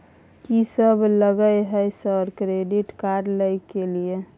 कि सब लगय हय सर क्रेडिट कार्ड लय के लिए?